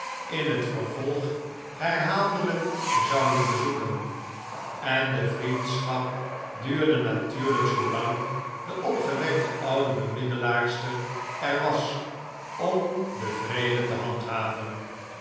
in het vervolg herhaaldelijk zouden bezoeken en de vriendschap duurde natuurlijk zoo lang de opgewekte oude bemiddelaarster er was om den vrede te handhaven